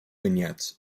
vignettes